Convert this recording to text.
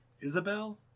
Isabel